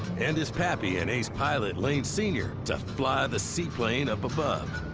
and his pappy and ace pilot lane senior to fly the seaplane up above.